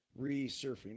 resurfing